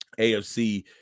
AFC